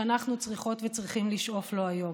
שאנחנו צריכות וצריכים לשאוף לו היום: